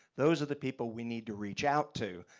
those are the people we need to reach out to.